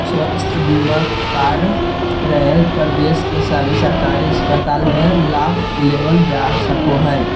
स्वास्थ्य बीमा कार्ड रहे पर देश के सभे सरकारी अस्पताल मे लाभ लेबल जा सको हय